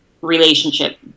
relationship